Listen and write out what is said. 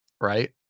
right